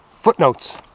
footnotes